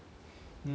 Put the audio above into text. mm